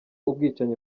ubwicanyi